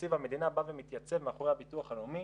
תקציב המדינה בא ומתייצב מאחורי הביטוח הלאומי.